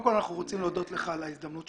גבירתי מנהלת הועדה,